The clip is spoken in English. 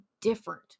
different